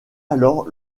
alors